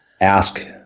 Ask